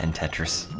and tetris